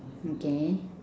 okay